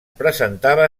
presentava